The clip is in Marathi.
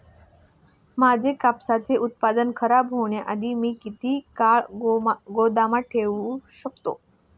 माझे कापसाचे उत्पादन खराब होण्याआधी मी किती काळ गोदामात साठवू शकतो?